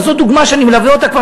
אבל זו דוגמה שאני מלווה אותה כבר,